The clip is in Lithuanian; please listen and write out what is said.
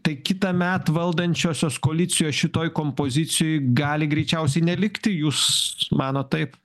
tai kitąmet valdančiosios koalicijos šitoj kompozicijoj gali greičiausiai nelikti jūs manot taip